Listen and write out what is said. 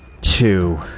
two